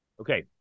Okay